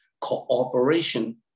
cooperation